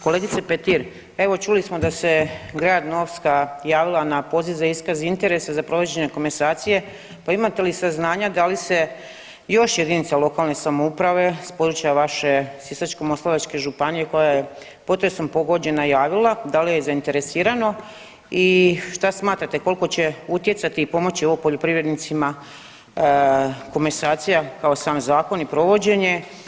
Kolegice Petir, evo čuli smo da se Grad Novska javila na poziv za iskaz interesa za provođenje komasacije, pa imate li saznanja da li se još jedinica lokalne samouprave s područja vaše Sisačko-moslavačke županije koja je potresom pogođena javila, da li je zainteresirano i šta smatrate koliko će utjecati i pomoći ovo poljoprivrednicima komasacija kao sam zakon i provođenje?